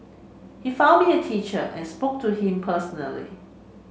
he found me a teacher and spoke to him personally